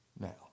now